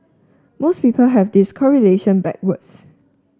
most people have this correlation backwards